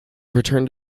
returned